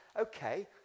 okay